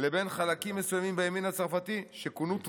לבין חלקים מסוימים בימין הצרפתי, שכונו תבוסתנים,